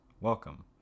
welcome